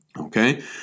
Okay